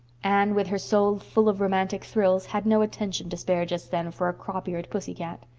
anne, with her soul full of romantic thrills, had no attention to spare just then for a crop-eared pussy cat.